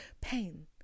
Pain